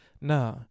nah